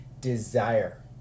desire